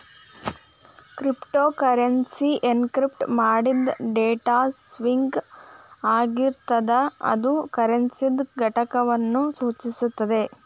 cryptocurrency encrypt ಮಾಡಿದ್ data string ಆಗಿರ್ತದ ಇದು ಕರೆನ್ಸಿದ್ ಘಟಕವನ್ನು ಸೂಚಿಸುತ್ತದೆ